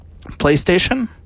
PlayStation